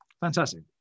Fantastic